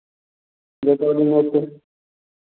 दोसर जगहके